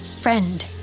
friend